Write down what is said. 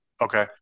Okay